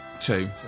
Two